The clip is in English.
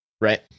right